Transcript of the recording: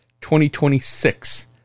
2026